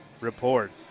report